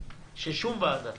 ששום וועדה